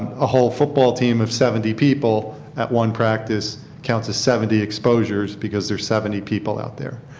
ah whole football team of seventy people at one practice counts as seventy exposures because there are seventy people out there.